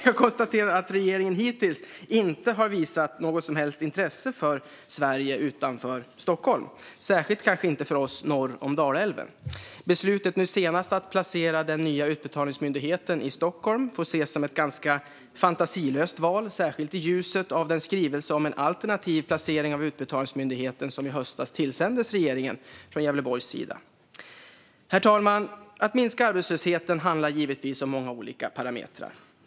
Jag konstaterar att regeringen hittills inte har visat något som helst intresse för Sverige utanför Stockholm, kanske särskilt inte för oss norr om Dalälven. Det senaste beslutet om att placera den nya Utbetalningsmyndigheten i Stockholm får ses som ett ganska fantasilöst val, särskilt i ljuset av den skrivelse om alternativ placering av Utbetalningsmyndigheten som i höstas tillsändes regeringen från Gävleborg. Herr talman! Att minska arbetslösheten handlar givetvis om många olika parametrar.